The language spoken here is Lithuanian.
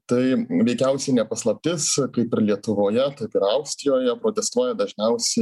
tai veikiausiai ne paslaptis kaip ir lietuvoje taip ir austrijoje protestuoja dažniausiai